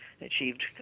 achieved